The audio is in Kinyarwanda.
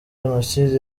jenoside